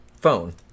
phone